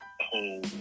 whole